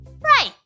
Right